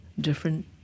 different